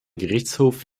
gerichtshof